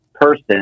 person